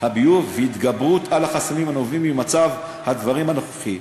הביוב והתגברות על החסמים הנובעים ממצב הדברים הנוכחי.